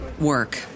work